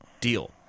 Deal